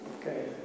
Okay